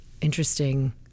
interesting